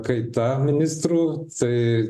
kaita ministrų tai